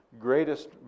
greatest